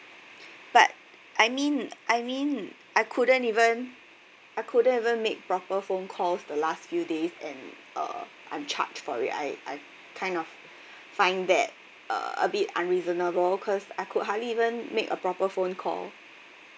but I mean I mean I couldn't even I couldn't even make proper phone calls the last few days and uh I'm charged for it I I kind of find that uh a bit unreasonable cause I could hardly even make a proper phone call